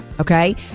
Okay